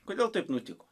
kodėl taip nutiko